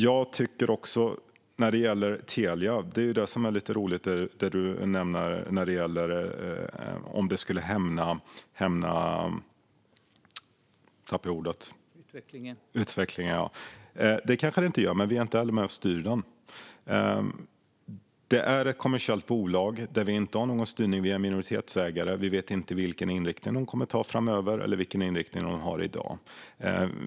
Du frågar om det skulle hämma utvecklingen om vi är ägare i Telia. Det kanske det inte gör, men vi är inte heller med och styr den. Telia är ett kommersiellt bolag där vi inte har någon styrning. Vi är minoritetsägare. Vi vet inte vilken inriktning bolaget kommer att ha framöver eller vilken inriktning man har i dag.